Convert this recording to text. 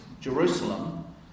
Jerusalem